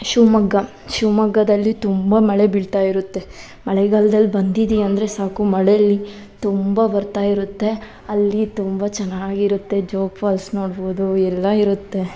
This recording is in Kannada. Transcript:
ಶಿವಮೊಗ್ಗ ಶಿವಮೊಗ್ಗದಲ್ಲಿ ತುಂಬ ಮಳೆ ಬಿಳ್ತಾಯಿರುತ್ತೆ ಮಳೆಗಾಲದಲ್ಲಿ ಬಂದಿದ್ದೆ ಅಂದರೆ ಸಾಕು ಮಳೆಯಲ್ಲಿ ತುಂಬ ಬರ್ತಾಯಿರುತ್ತೆ ಅಲ್ಲಿ ತುಂಬ ಚೆನ್ನಾಗಿರುತ್ತೆ ಜೋಗ್ ಫಾಲ್ಸ್ ನೋಡಬಹುದು ಎಲ್ಲ ಇರುತ್ತೆ